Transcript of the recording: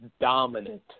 dominant